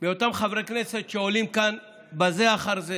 מאותם חברי כנסת שעולים כאן זה אחר זה